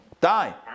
die